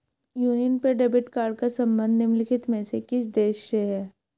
Union पे debit card का संबंध निम्नलिखित में से किस देश से है?